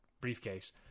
briefcase